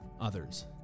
others